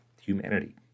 humanity